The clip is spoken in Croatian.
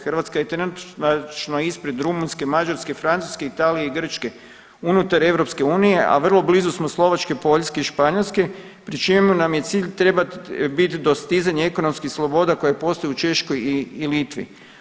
Hrvatska je trenutačno ispred Rumunjske, Mađarske, Francuske, Italije i Grčke unutar EU, a vrlo blizu smo Slovačke, Poljske i Španjolske pri čemu nam je cilj trebat bit dostizanje ekonomskih sloboda koje postoje u Češkoj i Litvi.